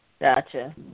Gotcha